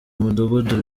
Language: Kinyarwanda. mudugudu